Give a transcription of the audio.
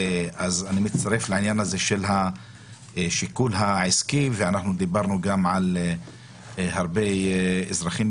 אני מצטרף לעניין הזה של השיקול העסקי ואנחנו דיברנו גם על הרבה אזרחים,